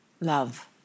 love